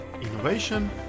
innovation